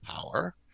power